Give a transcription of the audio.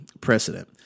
precedent